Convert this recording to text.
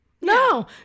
No